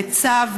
בצו,